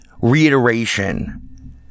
reiteration